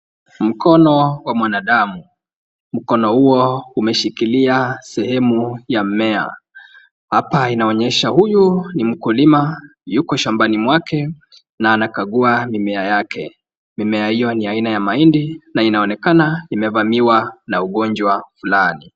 Mkono wa mwanadamu, mkono huo umeshikilia sehemu ya mmea. Hapa inaonyesha huyu ni mkulima yuko shambani mwake na anakagua mimea yake. Mimea hiyo ni aina ya mahindi na inaonekana imevamiwa na ugonjwa fulani.